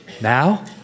Now